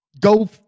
go